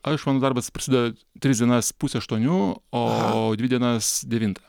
aš mano darbas prasideda tris dienas pusę aštuonių o dvi dienas devintą